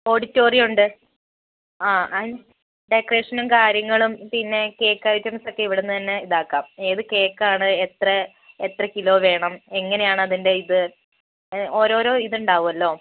auditorium ഉണ്ട് ആ അയി ഡെക്കറേഷനും കാര്യങ്ങളും പിന്നെ കേക്ക് ഐറ്റംസ് ഒക്കെ ഇവിടുന്ന് തന്നെ ഇതാക്കാം ഏത് കേക്ക് ആണ് എത്ര എത്ര കിലോ വേണം എങ്ങനെയാണ് അതിൻ്റെ ഇത് ഓരോരോ ഇത് ഉണ്ടാവുമല്ലോ